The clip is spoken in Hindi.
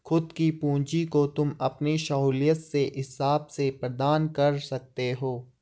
खुद की पूंजी को तुम अपनी सहूलियत के हिसाब से प्रदान कर सकते हो